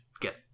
get